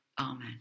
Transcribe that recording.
Amen